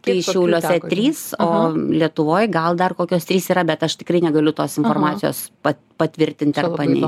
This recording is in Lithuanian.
tai šiauliuose trys o lietuvoj gal dar kokios trys yra bet aš tikrai negaliu tos informacijos pa patvirtinti ar paneigt